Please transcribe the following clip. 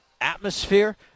atmosphere